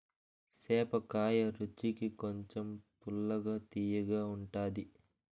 సేపకాయ రుచికి కొంచెం పుల్లగా, తియ్యగా ఉంటాది